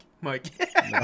Mike